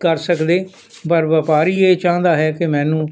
ਕਰ ਸਕਦੇ ਪਰ ਵਪਾਰੀ ਇਹ ਚਾਹੁੰਦਾ ਹੈ ਕਿ ਮੈਨੂੰ